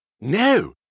No